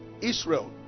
israel